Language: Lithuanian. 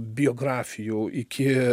biografijų iki